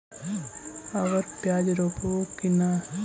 अबर प्याज रोप्बो की नय?